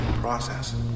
process